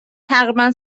تقریبا